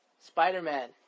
Spider-Man